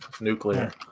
Nuclear